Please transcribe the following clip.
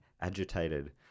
agitated